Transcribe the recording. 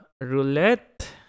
Roulette